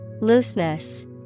Looseness